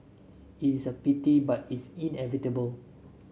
it is a pity but it's inevitable